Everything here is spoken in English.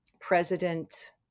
President